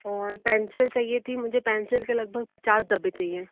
और पेंसिल चाहिए थी मुझे पेंसिल के लगभग पचास डब्बे चाहिए